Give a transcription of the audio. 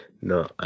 No